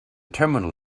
terminal